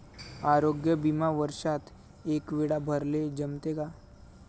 आरोग्य बिमा वर्षात एकवेळा भराले जमते का?